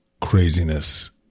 craziness